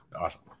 Awesome